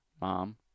Mom